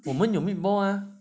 我们有 meatball ah